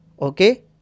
okay